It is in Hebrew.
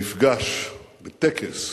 במפגש, בטקס